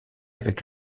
avec